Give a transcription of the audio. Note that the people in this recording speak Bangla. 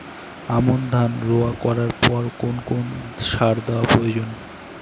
আমন ধান রোয়া করার পর কোন কোন সার দেওয়া প্রয়োজন?